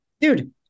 dude